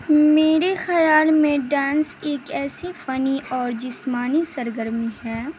میرے خیال میں ڈانس ایک ایسی فنی اور جسمانی سرگرمی ہے